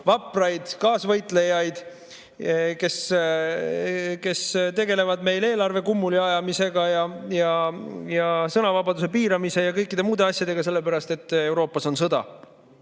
vapraid kaasvõitlejaid, kes tegelevad meil eelarve kummuli ajamise, sõnavabaduse piiramise ja kõikide muude asjadega, sellepärast et Euroopas on sõda.